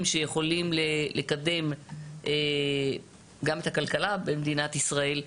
שיכולים לקדם גם את הכלכלה במדינת ישראל.